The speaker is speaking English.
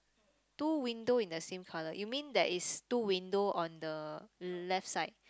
two window in the same color you mean there is two window on the left side